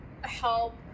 help